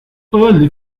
early